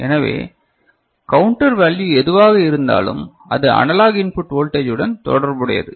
எனவே counter value எதுவாக இருந்தாலும் அது அனலாக் இன்புட் வோல்டேஜ் உடன் தொடர்புடையது